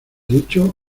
dicho